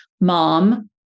mom